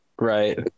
Right